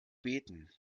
beten